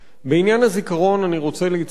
בעניין הזיכרון אני רוצה להצטרף,